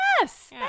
Yes